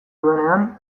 duenean